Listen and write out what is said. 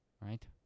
right